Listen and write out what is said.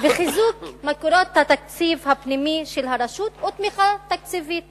וחיזוק מקורות התקציב הפנימי של הרשות ותמיכה תקציבית